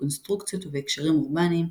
בקונסטרוקציות ובהקשרים אורבניים,